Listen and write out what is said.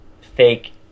fake